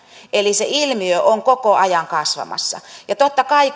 eli se ilmiö on koko ajan kasvamassa ja totta kai